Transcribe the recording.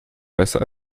besser